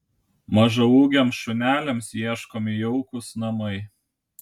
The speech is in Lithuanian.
mažaūgiams šuneliams ieškomi jaukūs namai